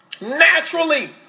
Naturally